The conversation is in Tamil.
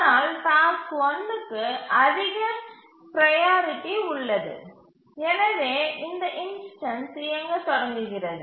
ஆனால் டாஸ்க் 1 க்கு அதிக ப்ரையாரிட்டி உள்ளது எனவே இந்த இன்ஸ்டன்ஸ் இயங்கத் தொடங்குகிறது